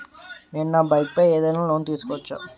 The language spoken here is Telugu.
నేను నా బైక్ పై ఏదైనా లోన్ తీసుకోవచ్చా?